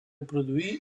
produir